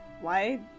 why-